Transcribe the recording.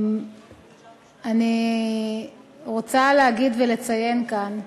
אני רוצה להגיד ולציין כאן שהמדינה,